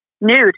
Nude